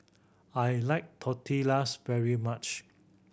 I like Tortillas very much